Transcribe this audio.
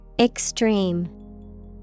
Extreme